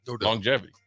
Longevity